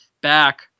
back